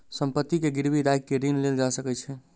संपत्ति के गिरवी राइख के ऋण लेल जा सकै छै